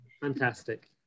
fantastic